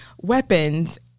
weapons